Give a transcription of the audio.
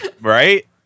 Right